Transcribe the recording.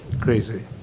crazy